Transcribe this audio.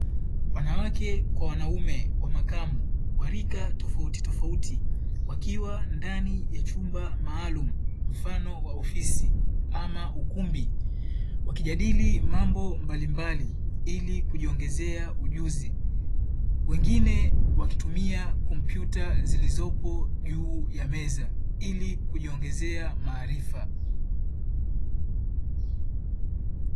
Wanawake kwa wanaume wa makamu wa rika tofautitofauti, wakiwa ndani ya chumba maalumu, mfano wa ofisi ama ukumbi wakijadili mambo mbalimbali ili kujiongezea ujuzi, wengine wakitumia kompyuta zilizopo juu ya meza ili kujiongezea maarifa.